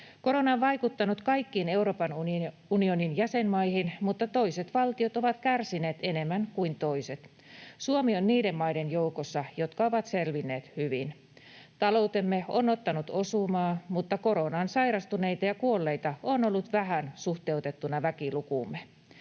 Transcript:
Korona on vaikuttanut kaikkiin Euroopan unionin jäsenmaihin, mutta toiset valtiot ovat kärsineet enemmän kuin toiset. Suomi on niiden maiden joukossa, jotka ovat selvinneet hyvin. Taloutemme on ottanut osumaa, mutta koronaan sairastuneita ja kuolleita on ollut vähän suhteutettuna väkilukuumme.